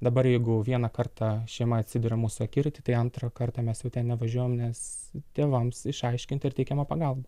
dabar jeigu vieną kartą šeima atsiduria mūsų akiraty tai antrą kartą mes nevažiuojam nes tėvams išaiškinti ir teikiama pagalba